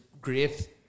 great